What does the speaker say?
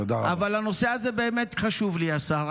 אבל הנושא הזה באמת חשוב לי, השר.